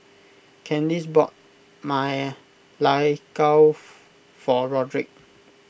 Candis bought Ma Lai Gao for Rodrick